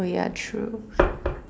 oh ya true